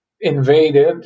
invaded